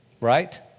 Right